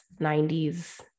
90s